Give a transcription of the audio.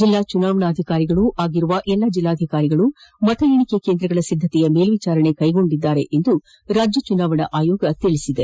ಜಿಲ್ಲಾ ಚುನಾವಣಾಧಿಕಾರಿಗಳು ಆಗಿರುವ ಎಲ್ಲಾ ಜಿಲ್ಲಾಧಿಕಾರಿಗಳು ಮತ ಎಣಿಕಾ ಕೇಂದ್ರಗಳ ಸಿದ್ದತೆಯ ಮೇಲ್ವಿಚಾರಣೆ ಕೈಗೊಂಡಿದ್ದಾರೆ ಎಂದು ರಾಜ್ಯ ಚುನಾವಣಾ ಆಯೋಗ ತಿಳಿಸಿದೆ